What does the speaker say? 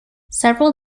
several